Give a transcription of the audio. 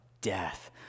death